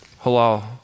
Halal